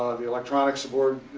the electronics aboard.